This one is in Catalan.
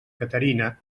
caterina